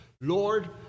lord